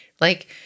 like-